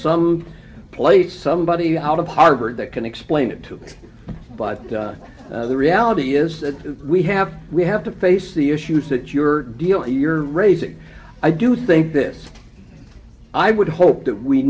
some place somebody out of harvard that can explain it to you but the reality is that we have we have to face the issues that you're dealing here raising i do think this i would hope that we